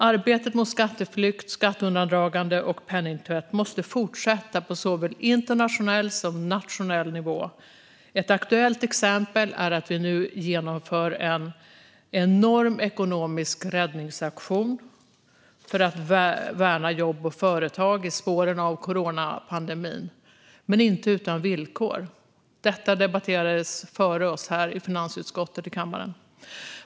Arbetet mot skatteflykt, skatteundandragande och penningtvätt måste fortsätta på såväl internationell som på nationell nivå. Ett aktuellt exempel är att vi nu genomför en enorm ekonomisk räddningsaktion för att värna jobb och företag i spåren av coronapandemin, men vi gör det inte utan villkor. Detta debatterade finansutskottet tidigare här i kammaren.